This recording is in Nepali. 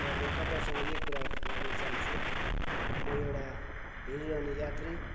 र म तपाईँहरूसँग यै कुरा राख्न चाहन्छु म एउटा हिँडिरहने यात्री